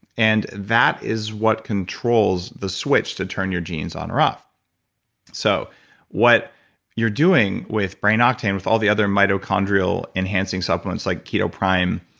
and that is what controls the switch to turn your genes on or off so what you're doing with brain octane, with all the other mitochondrial enhancing supplements like keto prime,